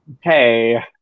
Hey